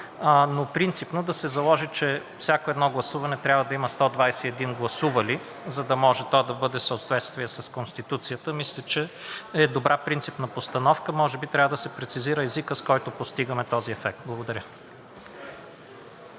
но принципно да се заложи, че всяко едно гласуване трябва да има 121 гласували, за да може то да бъде в съответствие с Конституцията, мисля, че е добра принципна постановка. Може би трябва да се прецизира езикът, с който постигаме този ефект. Благодаря.